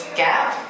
gap